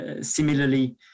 similarly